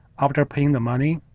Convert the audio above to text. after paying the money,